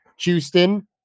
Houston